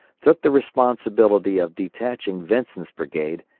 took the responsibility of detaching vincent's brigade,